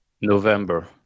November